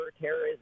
terrorism